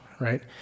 right